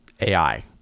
AI